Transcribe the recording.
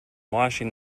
washing